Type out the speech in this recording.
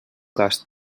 cas